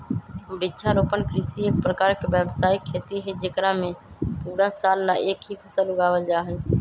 वृक्षारोपण कृषि एक प्रकार के व्यावसायिक खेती हई जेकरा में पूरा साल ला एक ही फसल उगावल जाहई